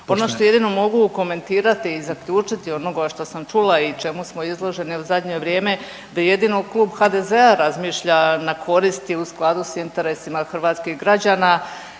Ono što jedino mogu komentirati i zaključiti onoga što sam čula i čemu smo izloženi u zadnje vrijeme da jedino klub HDZ-a razmišlja na korist i u skladu s interesima hrvatskih građana